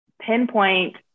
pinpoint